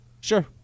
Sure